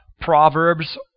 Proverbs